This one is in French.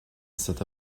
cet